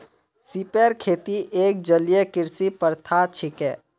सिपेर खेती एक जलीय कृषि प्रथा छिके